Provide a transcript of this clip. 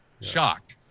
Shocked